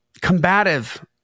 combative